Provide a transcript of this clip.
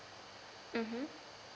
mmhmm